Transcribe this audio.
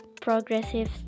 progressive